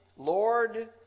Lord